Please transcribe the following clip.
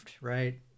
right